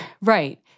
Right